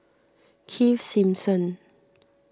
Keith Simmons